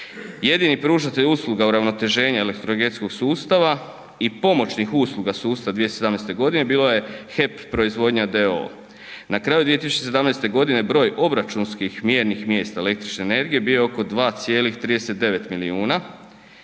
Jedini pružatelj usluga uravnoteženja elektroenergetskog sustava i pomoćnih usluga sustava 2017. godine bila je HEP proizvodnja d.o.o. Na kraju 2017. godine broj obračunskih mjernih mjesta električne energije bio je oko 2,39 milijuna,